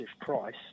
price